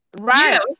Right